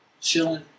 Chilling